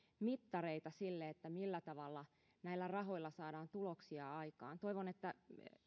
mittareita sille millä tavalla näillä rahoilla saadaan tuloksia aikaan toivon että